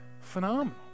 phenomenal